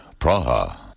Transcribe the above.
Praha